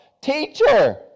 Teacher